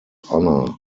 honor